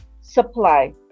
supply